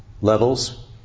levels